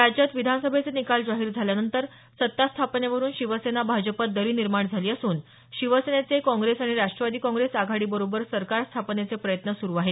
राज्यात विधानसभेचे निकाल जाहीर झाल्यानंतर सत्ता स्थापनेवरून शिवसेना भाजपात दरी निर्माण झाली असून शिवसेनेचे काँग्रेस आणि राष्ट्रवादी काँग्रेस आघाडीबरोबर सरकार स्थापनेचे प्रयत्न सुरु आहेत